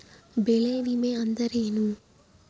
ಬೆಳೆ ವಿಮೆ ಅಂದರೇನು?